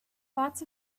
lots